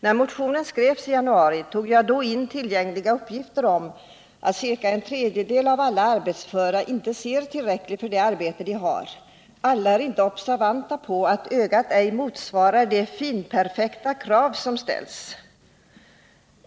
När motionen skrevs i januari tog jag med tillgängliga uppgifter om att ca en tredjedel av alla arbetsföra inte ser tillräckligt för det arbete de har. Alla är inte observanta på att ögat ej motsvarar de fininställda kraven.